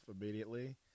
immediately